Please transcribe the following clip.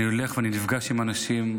אני הולך ואני נפגש עם אנשים,